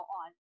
on